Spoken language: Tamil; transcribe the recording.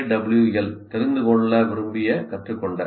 எல் தெரிந்து கொள்ள விரும்பிய கற்றுக்கொண்ட உத்தி